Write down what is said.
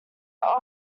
are